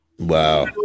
Wow